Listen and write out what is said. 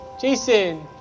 Jason